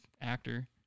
actor